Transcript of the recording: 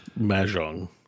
Mahjong